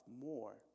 more